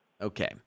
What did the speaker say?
Okay